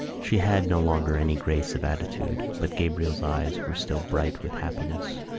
she had no longer any grace of attitude, but gabriel's eyes were still bright with happiness.